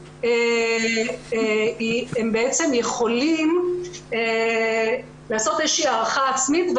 הם יכולים לעשות איזו שהיא הערכה עצמית.